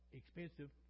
expensive